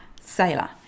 sailor